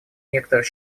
некоторых